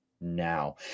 now